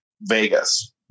Vegas